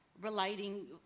relating